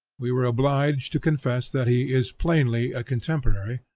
we were obliged to confess that he is plainly a contemporary,